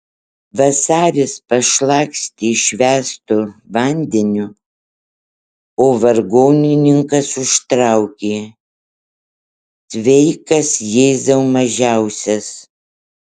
vasaris pašlakstė švęstu vandeniu o vargonininkas užtraukė sveikas jėzau mažiausias